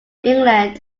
england